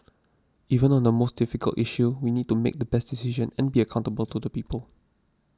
even on the most difficult issue we need to make the best decision and be accountable to people